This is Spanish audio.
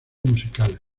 musicales